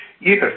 Yes